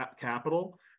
capital